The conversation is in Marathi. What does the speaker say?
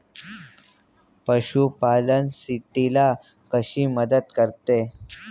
पशुपालन शेतीला कशी मदत करते?